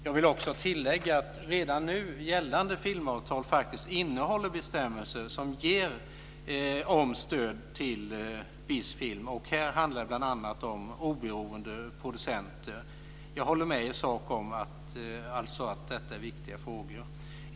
Jag vill också tillägga att redan nu gällande filmavtal faktiskt innehåller bestämmelser om stöd till viss film, bl.a. till oberoende producenter. Jag håller i sak med om att detta är viktiga frågor.